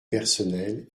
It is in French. personnel